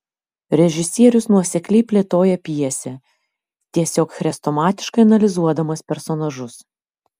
režisierius nuosekliai plėtoja pjesę tiesiog chrestomatiškai analizuodamas personažus